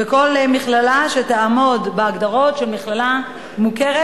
וכל מכללה שתעמוד בהגדרות של מכללה מוכרת